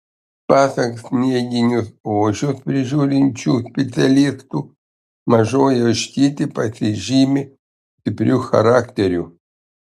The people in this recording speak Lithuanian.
pasak snieginius ožius prižiūrinčių specialistų mažoji ožkytė pasižymi stipriu charakteriu